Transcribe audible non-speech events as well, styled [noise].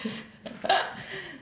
[laughs]